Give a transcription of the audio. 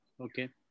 Okay